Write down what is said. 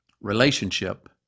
relationship